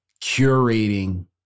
curating